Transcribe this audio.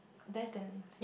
less than